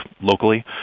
locally